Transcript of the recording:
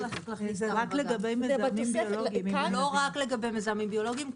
כאן צריך להכניס את ההחרגה לא רק לגבי מזהמים ביולוגיים.